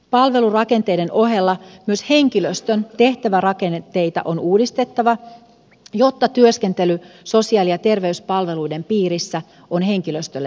palvelurakenteiden ohella myös henkilöstön tehtävärakenteita on uudistettava jotta työskentely sosiaali ja terveyspalveluiden piirissä on henkilöstölle mielekästä